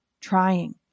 trying